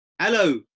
Hello